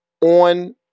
on